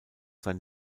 sein